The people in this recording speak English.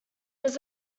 was